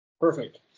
Perfect